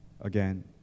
again